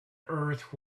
earth